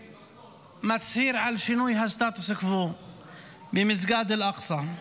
ומצהיר על שינוי הסטטוס קוו במסגד אל-אקצא.